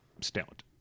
stout